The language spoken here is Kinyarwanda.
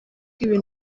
ibintu